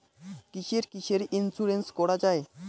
কিসের কিসের ইন্সুরেন্স করা যায়?